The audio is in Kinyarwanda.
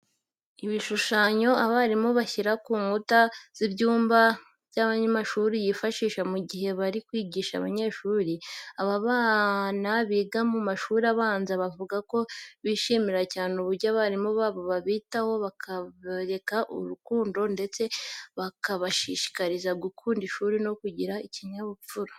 Ibishushanyo abarimu bashyira ku nkuta z'ibyumba by'amashuri zibafasha mu gihe bari kwigisha abanyeshuri. Aba bana biga mu mashuri abanza bavuga ko bishimira cyane uburyo abarimu babo babitaho, bakabereka urukundo ndetse bakabashishikariza gukunda ishuri no kugira ikinyabupfura.